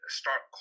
start